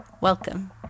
Welcome